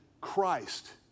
Christ